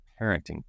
parenting